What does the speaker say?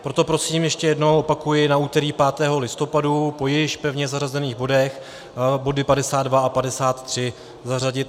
Proto prosím ještě jednou, opakuji, na úterý 5. listopadu po již pevně zařazených bodech body 52 a 53, zařadit.